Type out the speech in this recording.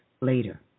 later